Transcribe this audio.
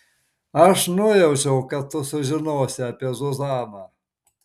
aš nujaučiau kad tu sužinosi apie zuzaną